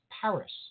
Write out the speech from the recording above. Paris